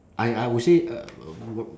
I I would say uh